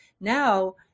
Now